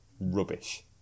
Rubbish